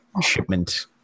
shipment